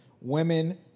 Women